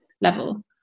level